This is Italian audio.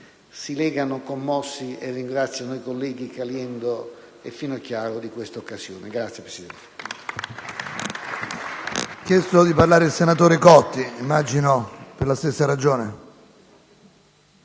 si legano commossi e ringraziano i colleghi Caliendo e Finocchiaro di questa occasione.